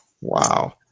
Wow